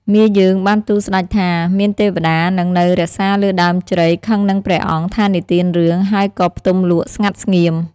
មាយើងបានទូលស្តេចថាមានទេវតានិត្យនៅរក្សាលើដើមជ្រៃខឹងនឹងព្រះអង្គថានិទានរឿង ហើយក៏ផ្ទំលក់ស្ងាត់ស្ងៀម។